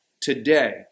today